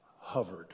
hovered